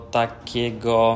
takiego